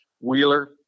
Wheeler